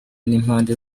n’impande